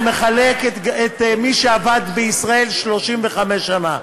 אני מחלק את מי שעבד בישראל 35 שנה,